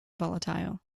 volatile